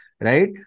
Right